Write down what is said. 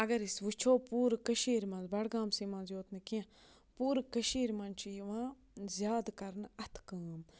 اَگر أسۍ وٕچھو پوٗرٕ کٔشیٖرِ مَنٛز بَڈگامسٕے مَنٛز یوت نہٕ کیٚنٛہہ پوٗرٕ کٔشیٖرِ مَنٛز چھِ یِوان زیادٕ کَرنہٕ اَتھٕ کٲم